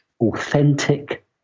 authentic